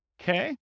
Okay